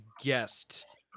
guest